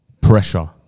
pressure